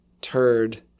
turd